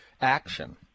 action